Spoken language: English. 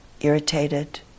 irritated